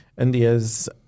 India's